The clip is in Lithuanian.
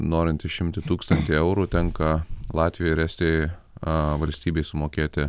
norint išimti tūkstantį eurų tenka latvijoj ir estijoj a valstybei sumokėti